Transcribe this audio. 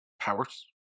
powers